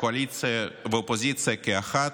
מהקואליציה ומהאופוזיציה כאחד,